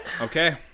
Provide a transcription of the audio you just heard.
Okay